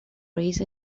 raised